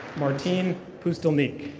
martin pustelnik.